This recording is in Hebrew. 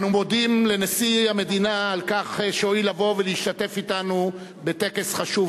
אנו מודים לנשיא המדינה על כך שהואיל לבוא ולהשתתף אתנו בטקס החשוב